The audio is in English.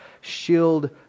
shield